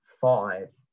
five